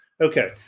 Okay